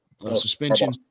suspension